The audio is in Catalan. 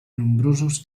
nombrosos